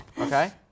Okay